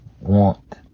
want